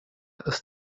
ist